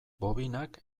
bobinak